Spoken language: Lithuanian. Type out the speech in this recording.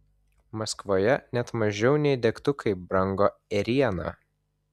maskvoje net mažiau nei degtukai brango ėriena